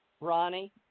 Ronnie